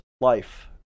life